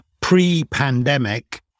pre-pandemic